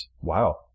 Wow